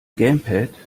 gamepad